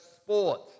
sport